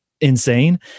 insane